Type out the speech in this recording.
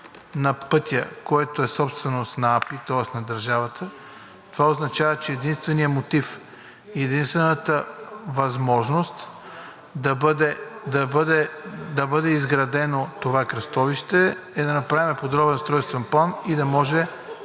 на пътя, който е собственост на АПИ, тоест на държавата, това означава, че единственият мотив и единствената възможност да бъде изградено това кръстовище е да направим Подробен устройствен план и да може